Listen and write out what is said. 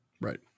Right